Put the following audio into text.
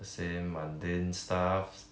the same mundane stuff